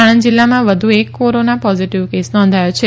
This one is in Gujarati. આણંદ જિલ્લામાં વધુ એક કોરોના પોઝીટીવ કેસ નોંધાથો છે